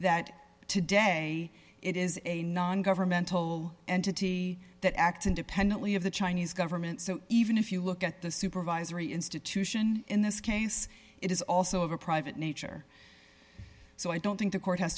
that today it is a non governmental entity that act independently of the chinese government so even if you look at the supervisory institution in this case it is also of a private nature so i don't think the court has